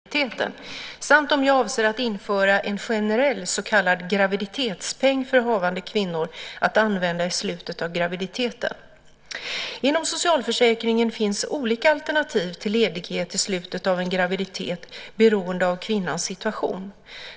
Herr talman! Torsten Lindström har frågat mig vilka åtgärder jag avser att vidta för att garantera gravida kvinnor rätten till ett enhetligt och tryggt system under tiden före graviditeten samt om jag avser att införa en generell så kallad graviditetspeng för havande kvinnor att använda i slutet av graviditeten. Inom socialförsäkringen finns det olika alternativ till ledighet i slutet av en graviditet beroende av kvinnans situation.